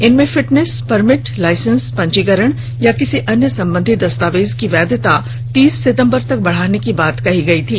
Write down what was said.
इसमें fitness permit license पंजीकरण या किसी अन्य सम्बंधी दस्तावेज़ की वैधता तीस सितम्बर तक बढ़ाने की बात कही गई थी